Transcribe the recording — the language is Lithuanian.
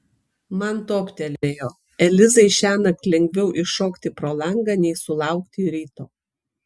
man toptelėjo elizai šiąnakt lengviau iššokti pro langą nei sulaukti ryto